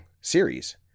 series